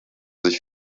sich